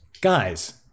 Guys